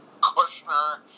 Kushner